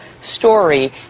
story